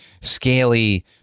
scaly